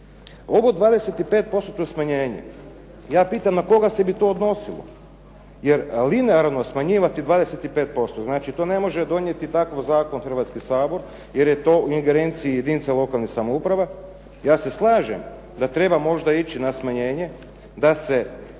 Ovo 25 postotno smanjenje, ja pitam na koga bi se to odnosilo jer linearno smanjivati 25% znači to ne može donijeti takav zakon Hrvatski sabor jer je to u ingerenciji jedinica lokalnih samouprava. Ja se slažem da treba možda ići na smanjenje, da se